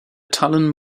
tallinn